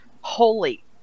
Holy